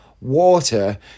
water